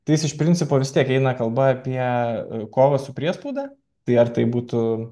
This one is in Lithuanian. tai jis iš principo vis tiek eina kalba apie kovą su priespauda tai ar tai būtų